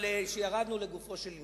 אבל ירדנו לגופו של עניין.